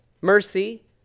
mercy